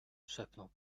szepnął